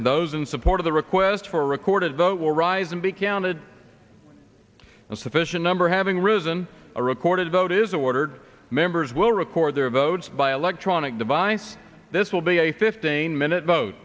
those in support of the request for a recorded vote will rise and be counted a sufficient number having risen a recorded vote is ordered members will record their votes by electronic device this will be a fifteen